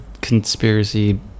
conspiracy